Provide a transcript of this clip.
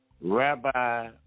rabbi